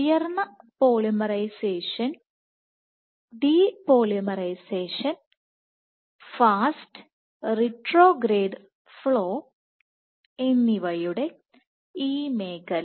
ഉയർന്ന polymerization depolymerization fast retrograde flow എന്നിവയുടെ ഈ മേഖല